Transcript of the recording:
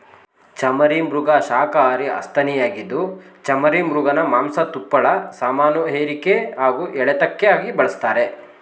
ಚಮರೀಮೃಗ ಶಾಖಹಾರಿ ಸಸ್ತನಿಯಾಗಿದ್ದು ಚಮರೀಮೃಗನ ಮಾಂಸ ತುಪ್ಪಳ ಸಾಮಾನುಹೇರಿಕೆ ಹಾಗೂ ಎಳೆತಕ್ಕಾಗಿ ಬಳಸ್ತಾರೆ